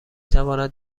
تواند